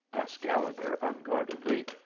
asked gallegher, unguardedly.